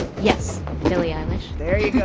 yes. billie eilish there you. go.